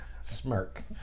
smirk